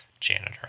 janitor